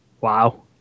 wow